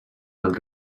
del